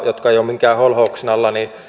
jotka eivät ole minkään holhouksen alla ovat oikeutettuja